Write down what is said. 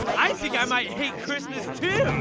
i think i might hate christmas, too!